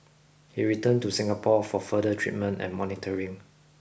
he returned to Singapore for further treatment and monitoring